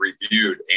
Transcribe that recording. reviewed